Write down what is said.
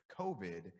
COVID